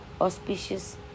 auspicious